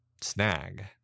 Snag